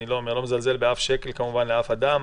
למרות שאני לא מזלזל באף שקל של אף בן אדם.